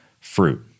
fruit